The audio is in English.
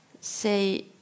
say